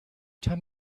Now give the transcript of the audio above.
time